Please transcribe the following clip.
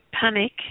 panic